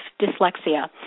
dyslexia